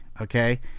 okay